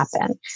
happen